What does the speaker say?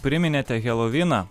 priminėte heloviną